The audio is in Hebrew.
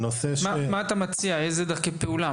אילו דרכי פעולה אתה מציע?